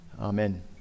Amen